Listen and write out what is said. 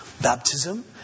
Baptism